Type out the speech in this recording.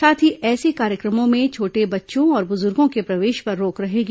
साथ ही ऐसे कार्यक्रमों में छोटे बच्चों और बुजुर्गो के प्रवेश पर रोक रहेगी